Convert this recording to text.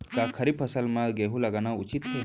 का खरीफ फसल म गेहूँ लगाना उचित है?